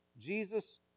Jesus